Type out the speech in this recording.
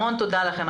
המון תודה לכם.